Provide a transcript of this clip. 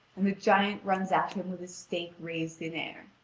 and the giant runs at him with his stake raised in air.